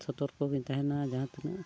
ᱥᱚᱛᱚᱨᱠᱚ ᱜᱤᱧ ᱛᱟᱦᱮᱱᱟ ᱡᱟᱦᱟᱸ ᱛᱤᱱᱟᱹᱜ